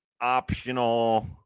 Optional